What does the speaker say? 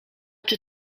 czy